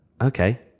Okay